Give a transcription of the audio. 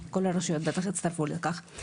ובטח כל הרשויות יצטרפו לכך.